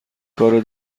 کار